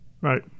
right